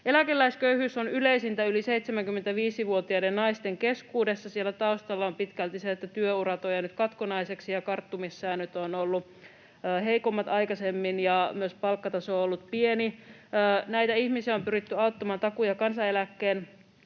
eläkeläisköyhyys on yleisintä yli 75-vuotiaiden naisten keskuudessa. Siellä taustalla on pitkälti se, että työurat ovat jääneet katkonaisiksi ja karttumissäännöt ovat olleet aikaisemmin heikommat ja myös palkkataso on ollut pieni. Näitä ihmisiä on pyritty auttamaan takuu‑ ja kansaneläkkeen